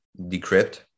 Decrypt